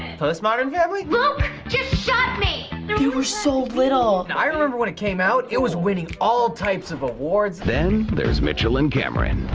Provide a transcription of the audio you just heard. postmodern family? luke just shot me! they were so little. i remember when it came out, it was winning all types of awards. then there's mitchell and cameron.